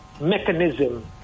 mechanism